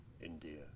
India